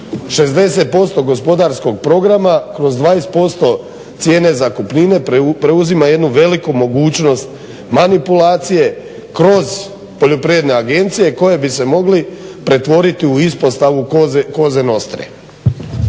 60% gospodarskog programa kroz 20% cijene zakupnine preuzima jednu veliku mogućnost manipulacije kroz poljoprivredne agencije koje bi se mogli pretvoriti u ispostavu koze nostre.